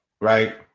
right